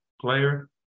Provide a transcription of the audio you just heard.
player